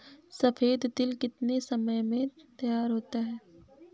सफेद तिल कितनी समय में तैयार होता जाता है?